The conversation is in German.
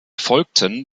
folgten